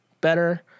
better